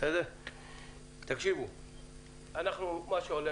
מה שעולה